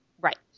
Right